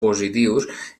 positius